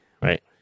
Right